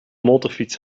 motorfiets